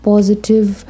positive